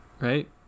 Right